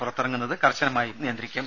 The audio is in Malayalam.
പുറത്തിറങ്ങുന്നത് കർശനമായും നിയന്ത്രിക്കും